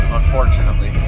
unfortunately